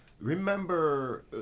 Remember